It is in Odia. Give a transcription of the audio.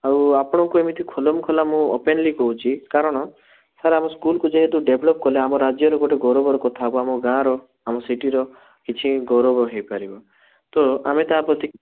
ଆଉ ଆପଣଙ୍କୁ ମୁଁ ଏମିତି ଖୁଲମଖୁଲା ମୁଁ ଓପନଲି କହୁଛି କାରଣ ସାର୍ ଆମ ସ୍କୁଲ୍କୁ ଯେହେତୁ ଡେଭଲପ୍ କଲେ ଆମ ରାଜ୍ୟର ଗୋଟେ ଗୌରବର କଥା ହେବ ଆମ ଗାଁର ଆମ ସିଟିର କିଛି ଗୌରବ ହେଇପାରିବ ତ ଆମେ ତା ପ୍ରତି